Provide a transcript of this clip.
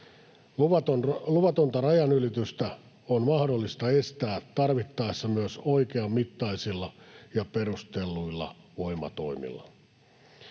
Luvatonta rajanylitystä on mahdollista estää tarvittaessa myös oikeanmittaisilla ja perustelluilla voimatoimilla.